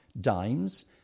dimes